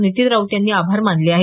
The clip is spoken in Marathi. नितीन राऊत यांनी आभार मानले आहेत